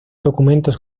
documentos